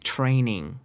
Training